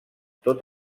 tot